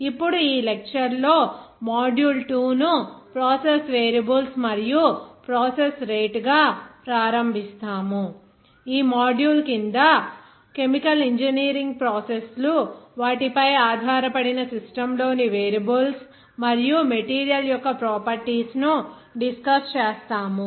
ఇప్పుడు ఈ లెక్చర్ లో మాడ్యూల్ 2 ను ప్రాసెస్ వేరియబుల్స్ మరియు ప్రాసెస్ రేట్ గా ప్రారంభిస్తాము ఈ మాడ్యూల్ కింద కెమికల్ ఇంజనీరింగ్ ప్రాసెస్ లు వాటిపై ఆధారపడిన సిస్టం లోని వేరియబుల్స్ మరియు మెటీరియల్ యొక్క ప్రాపర్టీస్ ను డిస్కస్ చేస్తాము